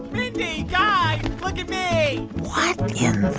mindy, guy look at me what in the.